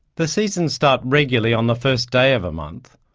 the seasons start regularly on the first day of a month,